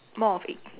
more of egg